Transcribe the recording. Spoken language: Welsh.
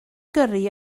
gyrru